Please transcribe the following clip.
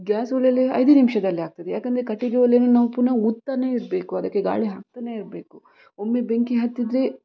gas ಒಲೆಯಲ್ಲಿ ಐದೇ ನಿಮಿಷದಲ್ಲಿ ಆಗ್ತದೆ ಯಾಕಂದರೆ ಕಟ್ಟಿಗೆ ಒಲೆಯನ್ನು ನಾವು ಪುನಃ ಊದ್ತಾನೇ ಇರಬೇಕು ಅದಕ್ಕೆ ಗಾಳಿ ಹಾಕ್ತಾನೇ ಇರಬೇಕು ಒಮ್ಮೆ ಬೆಂಕಿ ಹತ್ತಿದರೆ